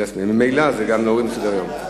ממילא זה גם להוריד מסדר-היום.